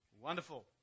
wonderful